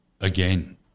again